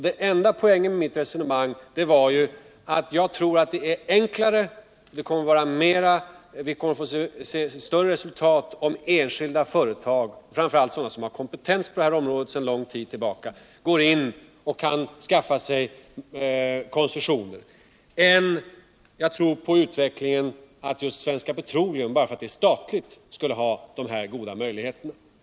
Den enda poängen med mitt resonemang var att jag tror att det är enklare och ger större resultat om enskilda företag, framför allt sådana som har kompetens på detta område sedan lång tid tillbaka, skaffar sig koncessioner. Det är fel att tro att just Svenska Petroleum, bara därför att det är statligt, skulle ha dessa goda möjligheter.